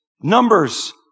Numbers